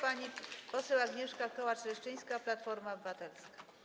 Pani poseł Agnieszka Kołacz-Leszczyńska, Platforma Obywatelska.